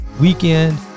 weekend